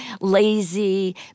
lazy